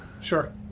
Sure